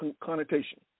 connotation